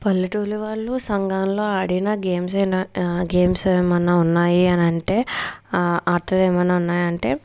పల్లెటూర్లు వాళ్ళు సంఘాల్లో ఆడిన గేమ్స్ ఏమన్నా గేమ్స్ ఏమన్నా ఉన్నాయి అని అంటే ఆటలు ఏమన్నా ఉన్నాయి అంటే